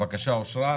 הבקשה אושרה.